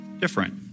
different